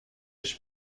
j’y